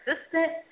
assistant